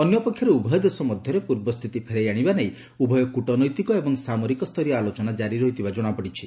ଅନ୍ୟପକ୍ଷରେ ଉଭୟ ଦେଶ ମଧ୍ୟରେ ପୂର୍ବ ସ୍ଥିତି ଫେରାଇ ଆଣିବା ନେଇ ଉଭୟ କ୍ରଟନୈତିକ ଏବଂ ସାମରିକ ସ୍ତରୀୟ ଆଲୋଚନା କାରି ରହିଥିବା ଜଣାପଡ଼ିଛି